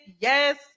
Yes